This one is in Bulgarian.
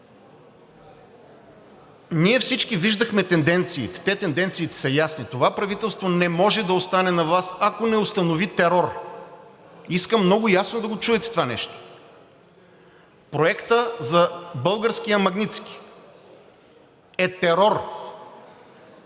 Ние всички виждахме тенденциите, те тенденциите са ясни, това правителство не може да остане на власт, ако не установи терор. Искам много ясно да го чуете това нещо. Проектът за българския „Магнитски“ е терор,